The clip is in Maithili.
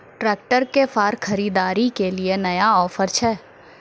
ट्रैक्टर के फार खरीदारी के लिए नया ऑफर छ?